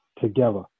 together